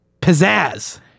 pizzazz